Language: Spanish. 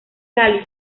cali